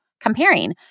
comparing